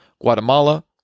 Guatemala